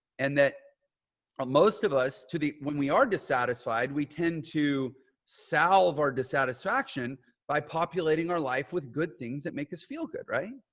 and that most of us to the, when we are dissatisfied, we tend to solve our dissatisfaction by populating our life with good things that make us feel good. right?